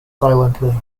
silently